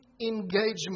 engagement